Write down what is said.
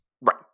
Right